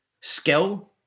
skill